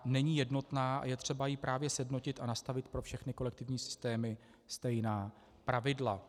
Není jednotná a je třeba ji sjednotit a nastavit pro všechny kolektivní systémy stejná pravidla.